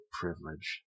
privilege